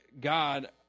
God